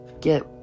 get